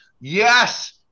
Yes